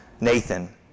Nathan